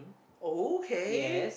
okay